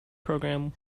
program